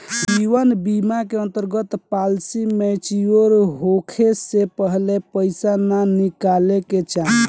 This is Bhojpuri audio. जीवन बीमा के अंतर्गत पॉलिसी मैच्योर होखे से पहिले पईसा ना निकाले के चाही